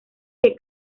que